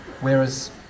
Whereas